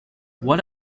what